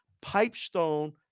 Pipestone